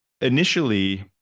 initially